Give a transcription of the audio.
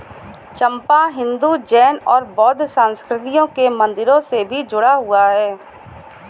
चंपा हिंदू, जैन और बौद्ध संस्कृतियों के मंदिरों से भी जुड़ा हुआ है